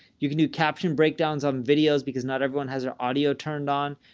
you can do captioned breakdowns on videos because not everyone has their audio turned on.